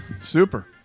Super